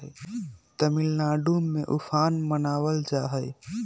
तमिलनाडु में उफान मनावल जाहई